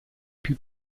più